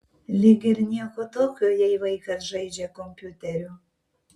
lyg ir nieko tokio jei vaikas žaidžia kompiuteriu